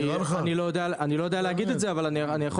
אני לא יודע להגיד את זה אבל אני יכול